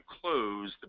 close